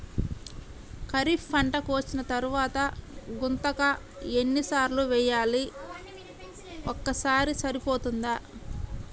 ఖరీఫ్ పంట కోసిన తరువాత గుంతక ఎన్ని సార్లు వేయాలి? ఒక్కసారి సరిపోతుందా?